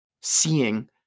seeing